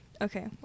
Okay